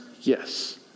Yes